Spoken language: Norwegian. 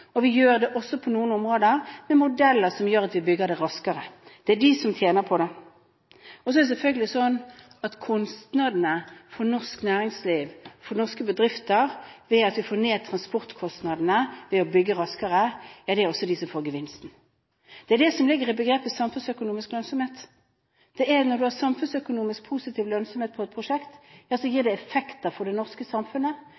gevinst. Vi gjør det også på noen områder med modeller som gjør at vi bygger det raskere. Det er byene som tjener på det. Så er det selvfølgelig sånn at norsk næringsliv – norske bedrifter – får lavere kostnader når vi får ned transportkostnadene ved å bygge raskere. Også de får gevinsten. Det er det som ligger i begrepet «samfunnsøkonomisk lønnsomhet». Når du har samfunnsøkonomisk, positiv lønnsomhet i et prosjekt, gir